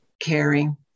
caring